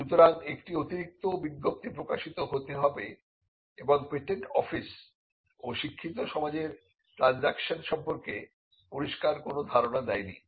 সুতরাং একটি অতিরিক্ত বিজ্ঞপ্তি প্রকাশিত হতে হবে এবং পেটেন্ট অফিস ও শিক্ষিত সমাজের ট্রানজাকশন সম্পর্কে পরিষ্কার কোন ধারণা দেয় নি